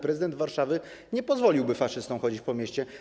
Prezydent Warszawy nie pozwoliłby faszystom chodzić po mieście.